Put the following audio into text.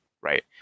Right